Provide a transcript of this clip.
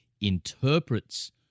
interprets